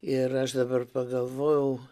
ir aš dabar pagalvojau